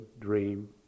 dream